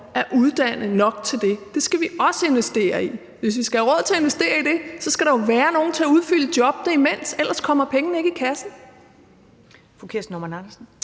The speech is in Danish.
at uddanne nok til det – det skal vi også investere i. Og hvis vi skal have råd til at investere i det, skal der jo være nogle til at udfylde jobbene imens, ellers kommer pengene ikke i kassen.